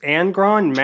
Angron